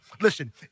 Listen